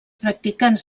practicants